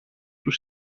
του